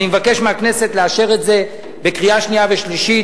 אני מבקש מהכנסת לאשר את זה בקריאה שנייה ושלישית.